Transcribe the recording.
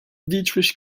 dietrich